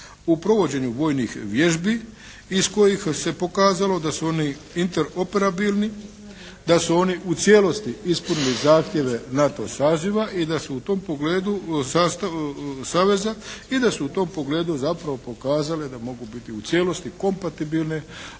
u provođenju vojnih vježbi iz kojih se pokazalo da su oni interoperabilni, da su oni u cijelosti ispunili zahtjeve NATO saziva i da su u tom pogledu, saveza, i da su u tom pogledu zapravo pokazali da mogu biti u cijelosti kompatibilni